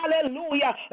hallelujah